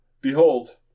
Behold